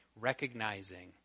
recognizing